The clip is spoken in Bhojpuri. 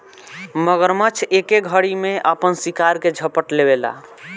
मगरमच्छ एके घरी में आपन शिकार के झपट लेवेला